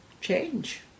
Change